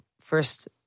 first